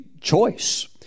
choice